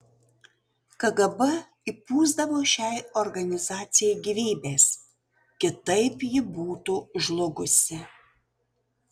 kgb įpūsdavo šiai organizacijai gyvybės kitaip ji būtų žlugusi